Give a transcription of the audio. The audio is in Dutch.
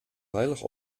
veilig